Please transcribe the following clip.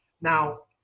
Now